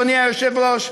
אדוני היושב-ראש,